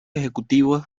ejecutivos